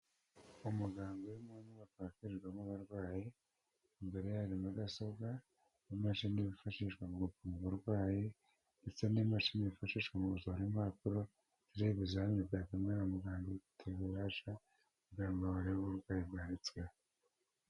Umuganga uri mu nyubako yakirirwamo abarwayi, imbereye hari mudasobwa n'imashini zifashishwa mu gupima uburwayi, ndetse n'imashini zifashishwa mu gusohora impapuro, izireba ibizami byapimwe na muganga ubifitiye ububasha, kugira ngo barebe uburwayi bwanditsweho.